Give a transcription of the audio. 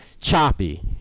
choppy